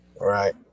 Right